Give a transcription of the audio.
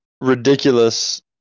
ridiculous